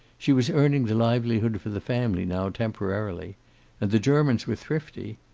she was earning the livelihood for the family now, temporarily. and the germans were thrifty.